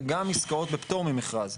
וגם עסקאות בפטור ממכרז,